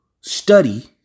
study